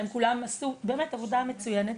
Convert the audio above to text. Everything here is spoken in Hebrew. הם כולם עשו באמת עבודה מצוינת.